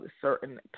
certain